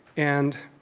and